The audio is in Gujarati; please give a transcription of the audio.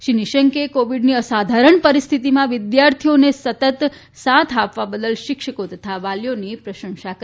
શ્રી નિશંકે કોવિડની અસાધારણ પરિસ્થિતીમાં વિદ્યાર્થીઓને સતત સાથ આપવા બદલ શિક્ષકો તથા વાલીઓની પ્રશંસા કરી